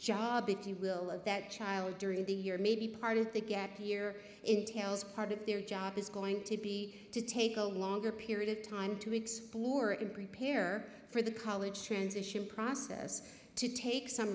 if you will that child during the year maybe part of the gap year entails part of their job is going to be to take a longer period of time to explore and prepare for the college transition process to take some